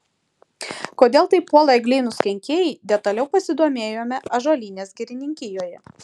kodėl taip puola eglynus kenkėjai detaliau pasidomėjome ąžuolynės girininkijoje